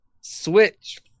Switch